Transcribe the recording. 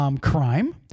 crime